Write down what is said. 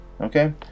Okay